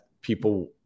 people